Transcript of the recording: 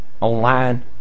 online